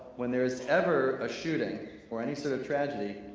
when there's ever a shooting or any sort of tragedy,